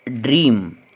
dream